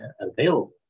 available